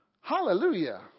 Hallelujah